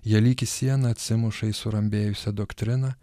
jie lyg ir sieną atsimuša į surambėjusią doktriną